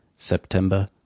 September